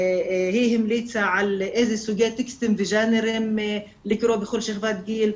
היא המליצה על איזה סוגי טקסטים וז'אנרים לקרוא בכל שכבת גיל,